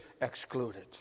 excluded